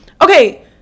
Okay